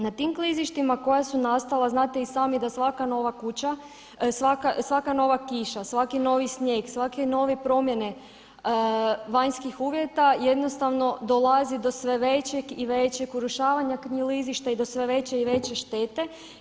Na tim klizištima koja su nastala znate i sami da svaka nova kiša, svaki novi snijeg, svake nove promjene vanjskih uvjeta jednostavno dolazi do sve većeg i većeg urušavanja klizišta i do sve veće i veće štete.